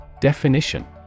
Definition